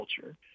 culture